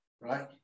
right